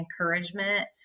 encouragement